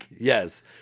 yes